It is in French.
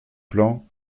plan